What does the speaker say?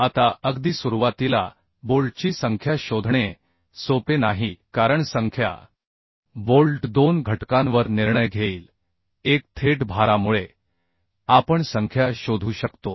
आता अगदी सुरुवातीला बोल्टची संख्या शोधणे सोपे नाही कारण संख्या बोल्ट दोन घटकांवर निर्णय घेईल एक थेट भारामुळे आपण संख्या शोधू शकतो